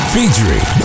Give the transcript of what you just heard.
Featuring